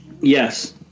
Yes